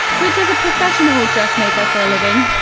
which, as a professional dressmaker for a living,